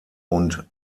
und